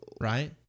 Right